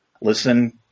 Listen